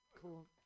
Cool